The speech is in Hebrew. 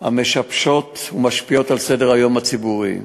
המשבשות ומשפיעות על סדר-היום הציבורי.